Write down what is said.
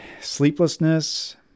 sleeplessness